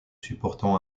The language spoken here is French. supportant